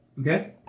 Okay